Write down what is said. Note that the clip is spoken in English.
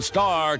Star